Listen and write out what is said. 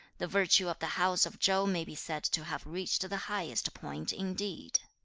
the virtue of the house of chau may be said to have reached the highest point indeed